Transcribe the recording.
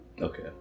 Okay